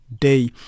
day